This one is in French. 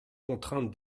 contrainte